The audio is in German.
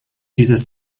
dieses